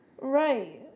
Right